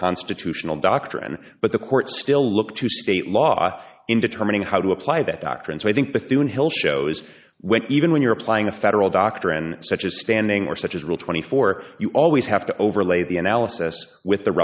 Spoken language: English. constitutional doctrine but the court still look to state law in determining how to apply that doctrine so i think the through in hill shows when even when you're applying a federal doctrine such as standing or such as rule twenty four you always have to overlay the analysis with the